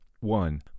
One